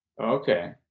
Okay